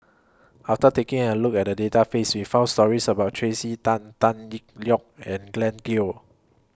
after taking A Look At The Database We found stories about Tracey Tan Tan Yee Liong and Glen Goei